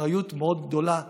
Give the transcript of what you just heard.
אחריות מאוד גדולה כאן,